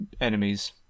enemies